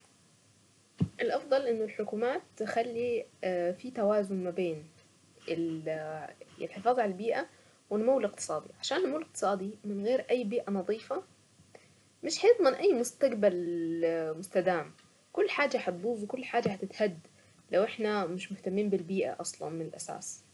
الافضل انه الحكومات تخلي اه في توازن ما بين الحفاظ على البيئة والنمو الاقتصادي عشان النمو الاقتصادي من غير اي بيئة نظيفة مش هيضمن اي مستقبل اه مستدام كل حاجة حتبوظ وكل حاجة هتتهد لو احنا مش مهتمين بالبيئة اصلا من الاساس.